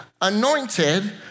anointed